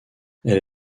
elle